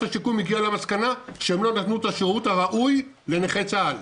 השיקום הגיע למסקנה שהם לא נתנו את השירות הראוי לנכי צה"ל.